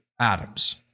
Adams